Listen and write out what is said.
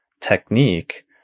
technique